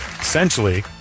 Essentially